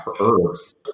herbs